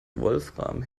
wolfram